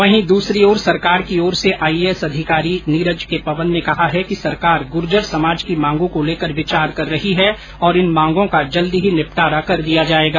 वहीं दसरी ओर सरकार की ओर से आईएएस अधिकारी नीरज के पवन ने कहा है कि सरकार गूर्जर समाज की मांगों को लेकर विचार कर रही है और इन मांगों का जल्दी ही निपटारा कर दिया जाएगा